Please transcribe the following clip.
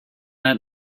that